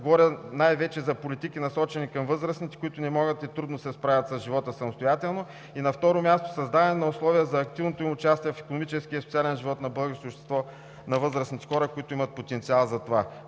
говоря най-вече за политики, насочени към възрастните хора, които не могат и трудно се справят с живота самостоятелно; и на второ място, създаване на условия за активното им участие в икономическия и социалния живот на българското общество – на възрастните хора, които имат потенциал за това.